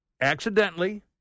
accidentally